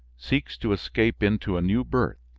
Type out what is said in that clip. seeks to escape into a new birth